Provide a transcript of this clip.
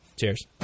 Cheers